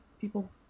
people